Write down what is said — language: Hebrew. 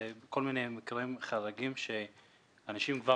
וזה כל מיני מקרים חריגים שאנשים כבר